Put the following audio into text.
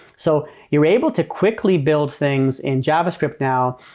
so you were able to quickly build things in javascript now.